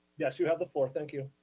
yes, you have the floor, thank you.